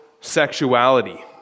sexuality